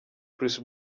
chris